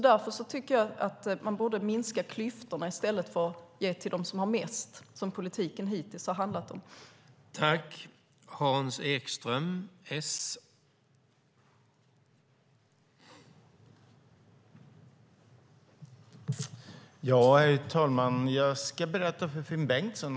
Därför tycker jag att man borde minska klyftorna i stället för att ge till dem som har mest, som politiken har handlat om hittills.